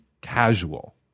casual